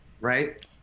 Right